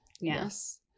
Yes